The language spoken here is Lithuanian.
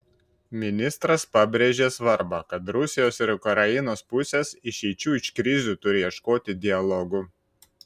ministras pabrėžė svarbą kad rusijos ir ukrainos pusės išeičių iš krizių turi ieškoti dialogu